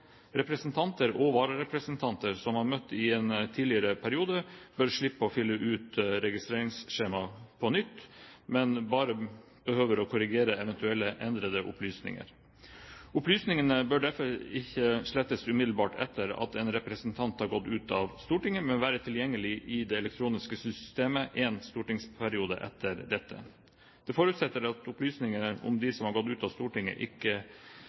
Representanter og vararepresentanter som har møtt i en tidligere periode, bør slippe å fylle ut registreringsskjema på nytt, men behøver bare å korrigere eventuelle endrede opplysninger. Opplysningene bør derfor ikke slettes umiddelbart etter at en representant har gått ut av Stortinget, men være tilgjengelige i det elektroniske systemet én stortingsperiode etter dette. Det forutsettes at opplysninger om dem som har gått ut av Stortinget, ikke